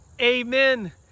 Amen